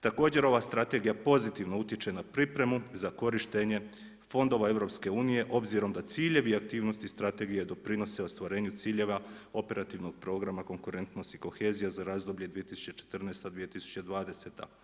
Također ova strategija pozitivno utječe na pripremu za korištenje fondova EU obzirom da ciljevi i aktivnosti Strategije doprinose ostvarenju ciljeva operativnog programa konkurentnosti i kohezija za razdoblje 2014.-2020.